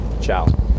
Ciao